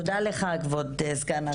תודה לך, כבוד סגן השר.